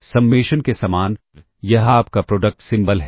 summation के समान यह आपका प्रोडक्ट सिंबल है